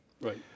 Right